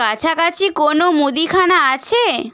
কাছাকাছি কোনও মুদিখানা আছে